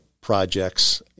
projects